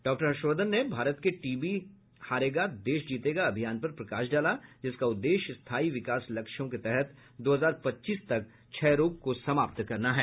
doctor Harshvardhan ने भारत के TB हारेगा देश जीतेगा अभियान पर प्रकाश डाला जिसका उद्देश्य स्थाई विकास लक्ष्यों के तहत दो हजार पच्चीस तक क्षयरोग को समाप्त करना है